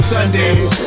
Sundays